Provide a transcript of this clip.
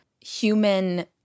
human